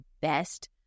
best